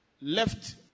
Left